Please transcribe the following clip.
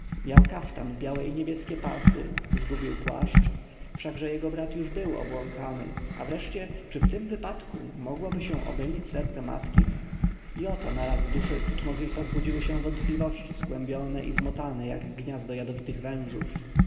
miał kaftan w białe i niebieskie pasy zgubił płaszcz wszakże jego brat już był obłąkany a wreszcie czy w tym wypadku mogłoby omylić się serce matki i oto naraz w duszy tutmozisa zbudziły się wątpliwości skłębione i zmotane jak gniazdo jadowitych wężów